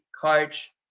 coach